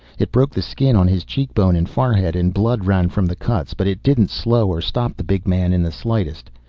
it broke the skin on his cheekbone and forehead and blood ran from the cuts. but it didn't slow or stop the big man in the slightest.